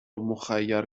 مخیر